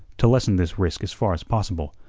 to lessen this risk as far as possible,